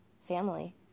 family